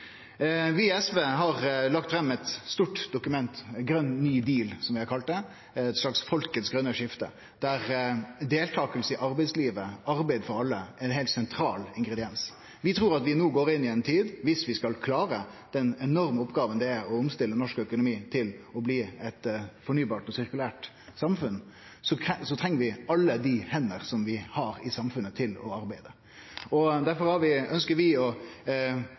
Vi i SV har lagt fram eit stort dokument – ein grøn ny deal, som vi har kalla det – eit slags folkets grøne skifte, der deltaking i arbeidslivet, arbeid for alle, er ein heilt sentral ingrediens. Vi trur at vi no går inn i ei tid der vi – viss vi skal klare den enorme oppgåva det er å omstille norsk økonomi til å bli eit fornybart og sirkulært samfunn – treng alle dei hendene vi har i samfunnet, til å arbeide. Difor ønskjer vi